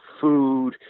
food